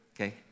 okay